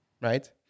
right